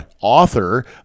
author